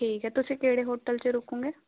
ਠੀਕ ਹੈ ਤੁਸੀਂ ਕਿਹੜੇ ਹੋਟਲ 'ਚ ਰੁਕੋਂਗੇ